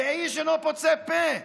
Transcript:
ואיש אינו פוצה פה.